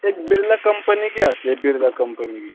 ایک برلا کمپنی کی آتی ہے برلا کمپنی کی